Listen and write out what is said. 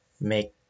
make